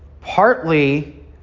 Partly